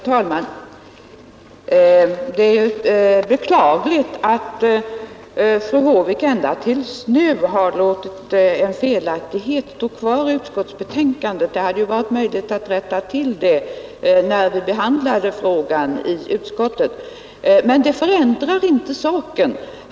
Herr talman! Det är beklagligt att fru Håvik ända till nu har låtit en felaktighet stå orättad i utskottsbetänkandet. Det hade varit möjligt att rätta till det när vi behandlade frågan i utskottet. Men det förändrar inte saken.